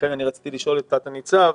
לכן רציתי לשאול את תת הניצב,